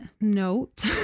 note